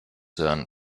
hören